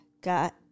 got